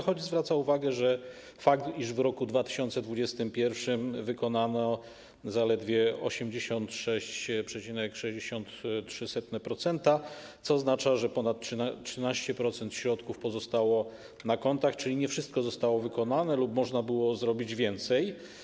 Choć zwraca uwagę fakt, iż w roku 2021 wykonano zaledwie 86,63%, co oznacza, że ponad 13% środków pozostało na kontach, czyli nie wszystko zostało wykonane lub można było zrobić więcej.